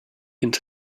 into